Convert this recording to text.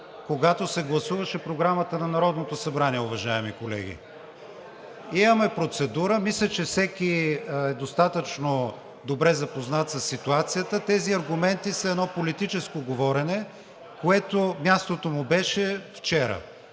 когато се гласуваше Програмата на Народното събрание, уважаеми колеги. Имаме процедура, мисля, че всеки е достатъчно добре запознат със ситуацията. Тези аргументи са едно политическо говорене, на което мястото му беше вчера.